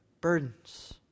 burdens